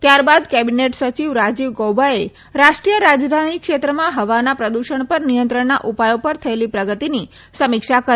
ત્યારબાદ કેબીનેટ સચિવ રાજીવ ગૌબાએ રાષ્ટ્રીય રાજધાની ક્ષેત્રમાં હવાના પ્રદુષણ પર નિયંત્રણના ઉપાયો પર થયેલી પ્રગતિની સમીક્ષા કરી